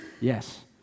yes